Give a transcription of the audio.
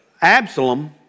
Absalom